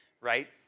Right